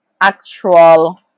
actual